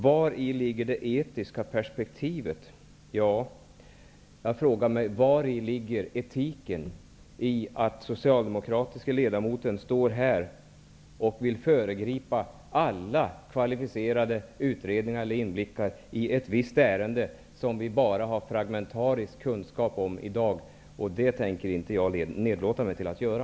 Vari ligger det etiska perspektivet? Ja, jag frågar mig vari etiken ligger i att den socialdemokratiska ledamoten står här och vill föregripa alla kvalificerade utredningar av eller inblickar i ett visst ärende, som vi bara har fragmentarisk kunskap om i dag. Det tänker jag inte nedlåta mig till att göra.